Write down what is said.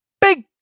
Big